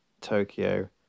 Tokyo